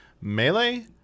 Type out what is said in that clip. Melee